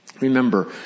Remember